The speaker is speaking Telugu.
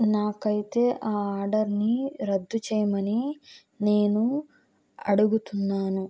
నాకైతే ఆ ఆర్డర్ని రద్దు చేయమని నేను అడుగుతున్నాను